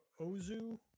ozu